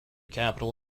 capital